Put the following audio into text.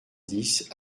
dix